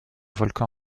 volcan